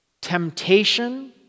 temptation